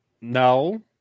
No